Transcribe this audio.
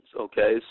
okay